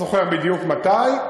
לא זוכר בדיוק מתי.